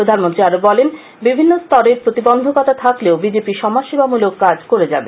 প্রধানমন্ত্রী আরো বলেন বিভিন্ন স্তরে প্রাবন্ধিকতা থাকলেও বিজেপি সমাজসেবামূলক কাজ করে যাবে